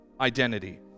identity